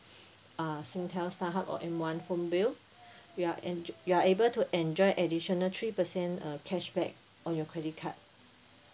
uh singtel starhub or M one phone bill you are enj~ you are able to enjoy additional three percent uh cashback on your credit card